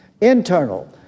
Internal